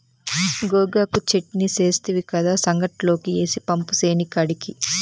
గోగాకు చెట్నీ సేస్తివి కదా, సంగట్లోకి ఏసి పంపు సేనికాడికి